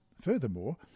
Furthermore